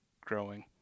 growing